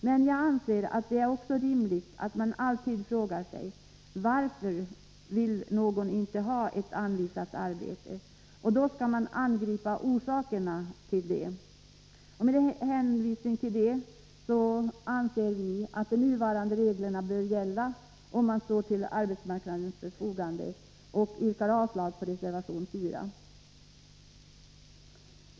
Men jag anser att det också är rimligt att man alltid frågar sig varför någon inte vill ha anvisat arbete och att man sedan angriper orsakerna. Med hänvisning till detta anser vi att de nuvarande reglerna bör gälla om man står till arbetsmarknadens förfogande, och därför yrkar jag avslag på reservation 4.